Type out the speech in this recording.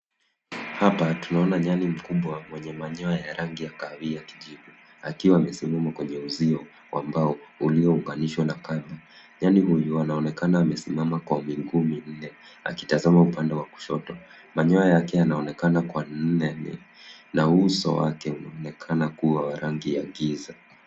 Hapa tunaona nyani mkubwa mwenye manyoya ya rangi ya kahawia kijivu akiwa amesimama kwenye uzio wa mbao uliounganishwa na kamba. Nyani huyu anaonekana amesimama kwenye ngumi lile akitazama upande wa kushoto. Manyoya yake yanaonekana kwa mnele na uso wake unaonekana kuwa wa rangi ya giza.